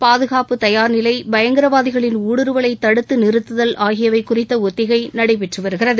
பாதுகாப்பு தயார்நிலை பயங்கரவாதிகளின் ஊடுருவலை தடுத்து நிறுத்துதல் ஆகியவை குறித்த ஒத்திகை நடைபெற்று வருகிறது